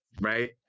right